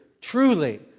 truly